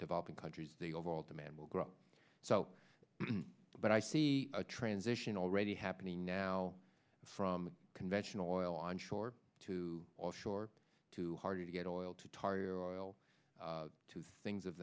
developing countries the overall demand will grow so but i see a transition already happening now from conventional oil on shore to offshore to harder to get on oil to tar or to things of